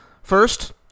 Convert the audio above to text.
First